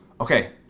okay